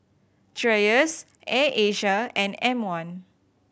Dreyers Air Asia and M One